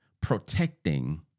protecting